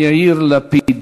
יאיר לפיד.